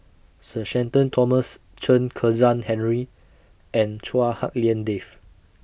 Sir Shenton Thomas Chen Kezhan Henri and Chua Hak Lien Dave